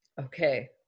Okay